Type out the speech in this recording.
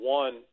one